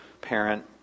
parent